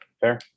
Fair